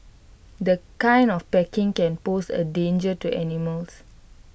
the kind of packing can pose A danger to animals